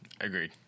Agreed